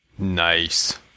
Nice